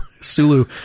Sulu